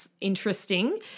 interesting